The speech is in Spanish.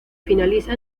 finaliza